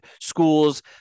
schools